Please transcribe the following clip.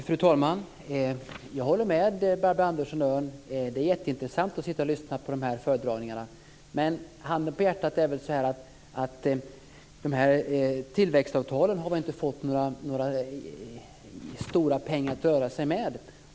Fru talman! Jag håller med Barbro Andersson Öhrn om att det var jätteintressant att lyssna till dessa föredragningar. Men handen på hjärtat har väl tillväxtavtalen inte fått några stora pengar att röra sig med.